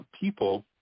people